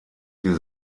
die